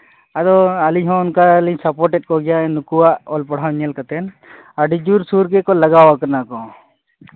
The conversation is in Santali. ᱟᱫᱚ ᱟᱹᱞᱤᱧ ᱦᱚᱸ ᱚᱱᱠᱟᱞᱤᱧ ᱥᱟᱯᱳᱨᱴᱮᱫ ᱠᱚᱜᱮᱭᱟ ᱱᱩᱠᱩᱣᱟᱜ ᱚᱞ ᱯᱟᱲᱦᱟᱣ ᱧᱮᱞ ᱠᱟᱛᱮᱫ ᱟᱹᱰᱤ ᱡᱳᱨᱥᱳᱨ ᱜᱮ ᱠᱚ ᱞᱟᱜᱟᱣ ᱟᱠᱟᱱᱟ ᱠᱚ